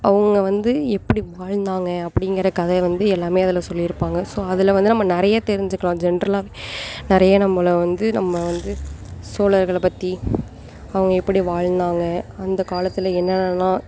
அவங்க வந்து எப்படி வாழ்ந்தாங்க அப்படிங்கிற கதை வந்து எல்லாமே அதில் சொல்லியிருப்பாங்க ஸோ அதில் வந்து நம்ம நிறைய தெரிஞ்சிக்கலாம் ஜெண்ட்ரலாகவே நிறைய நம்மளை வந்து நம்ம வந்து சோழர்கள பற்றி அவங்க எப்படி வாழ்ந்தாங்க அந்தக் காலத்தில் என்னென்னலாம்